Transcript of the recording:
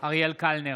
אריאל קלנר,